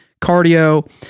cardio